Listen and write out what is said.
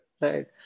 Right